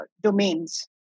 domains